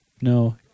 No